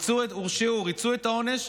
הורשעו וריצו את העונש,